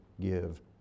give